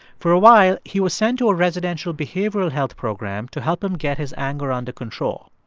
for a while, he was sent to a residential behavioral health program to help him get his anger under control.